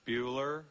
Bueller